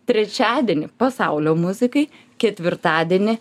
trečiadienį pasaulio muzikai ketvirtadienį